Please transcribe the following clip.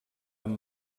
amb